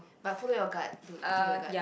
but follow your gut to dude follow your gut